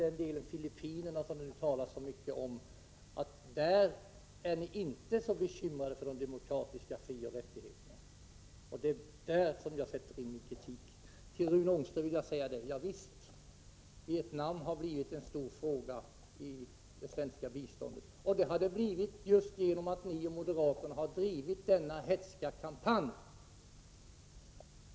Det gäller också Filippinerna, som det talas mycket om, där ni inte är så bekymrade för de demokratiska frioch rättigheterna. Det är där jag sätter in min kritik. Till Rune Ångström vill jag säga att det är riktigt att Vietnam har blivit en stor fråga i det svenska biståndet. Det har det blivit just genom att folkpartiet och moderaterna har drivit denna hätska kampanj.